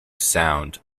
sound